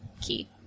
key